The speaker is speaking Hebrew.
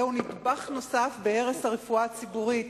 זהו נדבך נוסף בהרס הרפואה הציבורית